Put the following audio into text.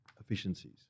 efficiencies